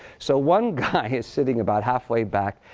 so one guy is sitting about halfway back.